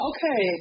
Okay